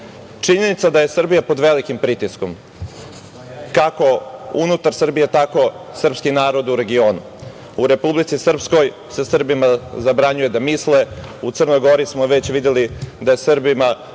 je da je Srbija pod velikim pritiskom, kako unutar Srbije, tako i srpski narod u regionu. U Republici Srpskoj se Srbima zabranjuje da misle, u Crnoj Gori smo već videli da je Srbima